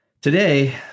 Today